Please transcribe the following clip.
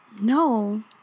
No